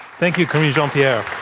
thank you, karine jean-pierre.